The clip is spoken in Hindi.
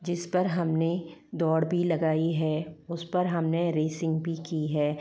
जिस पर हमने दौड़ भी लगाई है उस पर हमने रेसिंग भी की है